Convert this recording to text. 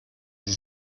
sie